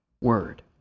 word